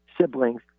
siblings